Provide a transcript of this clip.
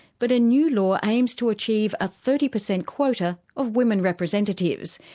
but a new law aims to achieve a thirty percent quota of women representatives.